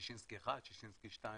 ששינסקי 1, ששינסקי 2 וכו',